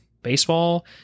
baseball